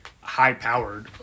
high-powered